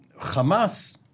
Hamas